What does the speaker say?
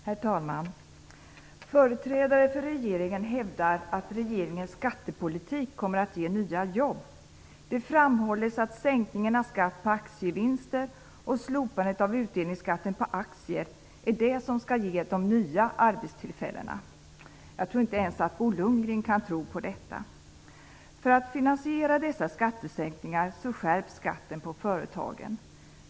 Herr talman! Företrädare för regeringen hävdar att regeringens skattepolitik kommer att ge nya jobb. Det framhålls att sänkningen av skatt på aktievinster och slopandet av utdelningsskatten på aktier är det som skall ge de nya arbetstillfällena. Inte ens Bo Lundgren kan tro på detta. För att finansiera dessa skattesänkningar skärps skatten på företagen.